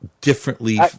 differently